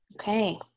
Okay